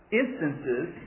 instances